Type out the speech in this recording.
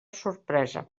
sorpresa